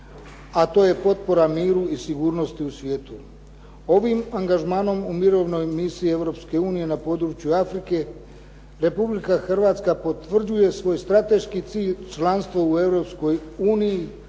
a to je potpora miru i sigurnosti u svijetu. Ovim angažmanom u mirovnoj misiji Europske unije na području Afrike Republika Hrvatska potvrđuje svoj strateški cilj članstvo u